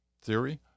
theory